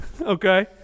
Okay